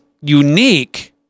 unique